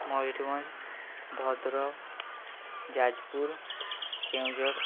Mayurbhanj Bhadrak Jajpur Keonjhar